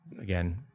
again